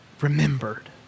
remembered